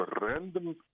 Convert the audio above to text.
random